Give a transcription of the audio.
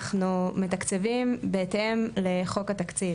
אציין גם שבסופו של דבר אנחנו מתקצבים בהתאם לחוק התקציב,